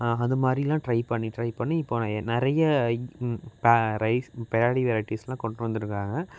அது மாதிரிலாம் ட்ரை பண்ணி ட்ரை பண்ணி இப்போது நிறைய ரைஸ் பேரடி வெரைட்டிஸ்லாம் கொண்டுட்டு வந்திருக்காங்க